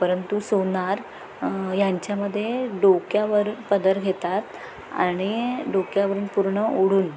परंतु सोनार यांच्यामध्ये डोक्यावर पदर घेतात आणि डोक्यावरून पूर्ण ओढुन